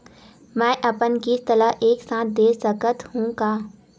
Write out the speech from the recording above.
मै अपन किस्त ल एक साथ दे सकत हु का?